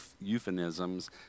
euphemisms